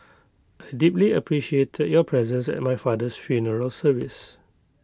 I deeply appreciated your presence at my father's funeral service